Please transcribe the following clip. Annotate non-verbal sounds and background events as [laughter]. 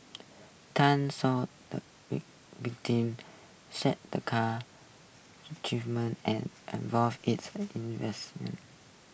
Tan saw the [hesitation] victim shake the car [unintelligible] and [unintelligible] its [unintelligible]